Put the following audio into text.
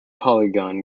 polygon